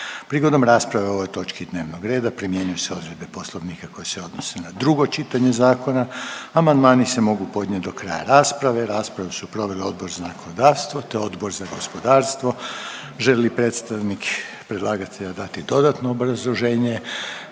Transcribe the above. Prigodom rasprave o ovoj točki dnevnog reda primjenjuju se odredbe Poslovnika koje se odnose na drugo čitanje zakona. Amandmani se mogu podnijeti do kraja rasprave. Raspravu su proveli Odbor za zakonodavstvo, te Odbor za gospodarstvo. Želi li predstavnik predlagatelja dati dodatno obrazloženje?